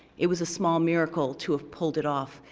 it was a small miracle to have pulled it off,